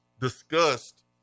discussed